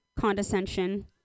condescension